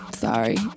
sorry